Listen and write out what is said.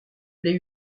l’ai